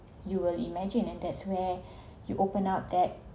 you will imagine and that's where you open up that